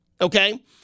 Okay